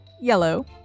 yellow